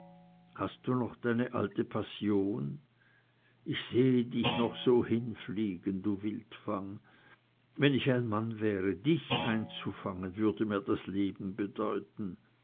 hast du noch deine alte passion ich sehe dich noch so hinfliegen du wildfang wenn ich ein mann wäre dich einzufangen würde mir das leben bedeuten